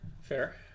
Fair